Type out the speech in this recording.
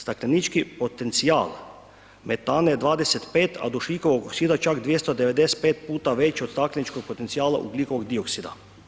Staklenički potencijal metana je 25 a dušikovog oksida čak 295 puta veći od stakleničkog potencijala ugljikovog dioksida.